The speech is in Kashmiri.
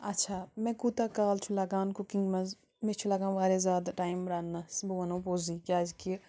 آچھا مےٚ کوٗتاہ کال چھُ لَگان کوکِنگ منٛز مےٚ چھُ لَگان وارِیاہ زیادٕ ٹایِم رننس بہٕ ونہو پوٚزٕے کیٛازِ کہِ